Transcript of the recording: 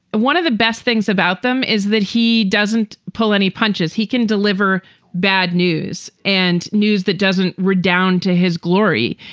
one of the best things about them is that he doesn't pull any punches. he can deliver bad news and news that doesn't redound to his glory.